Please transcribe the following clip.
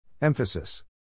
Emphasis